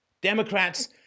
Democrats